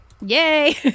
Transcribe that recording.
Yay